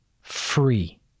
free